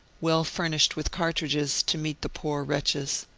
well fur nished with cartridges, to meet the poor wretches.